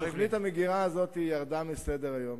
תוכנית המגירה הזאת ירדה מסדר-היום.